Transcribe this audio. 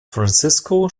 francisco